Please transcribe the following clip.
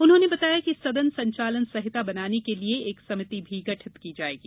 उन्होंने बताया कि सदन संचालन संहिता बनाने के लिए एक समिति भी गठित की जाएगी